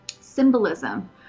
symbolism